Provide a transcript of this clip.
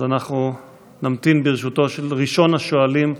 אנחנו נמתין, ברשותו של ראשון השואלים,